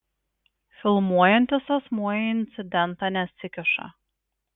filmuojantis asmuo į incidentą nesikiša